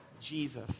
Jesus